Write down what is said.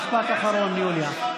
משפט אחרון, יוליה.